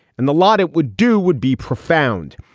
and the lot it would do would be profound.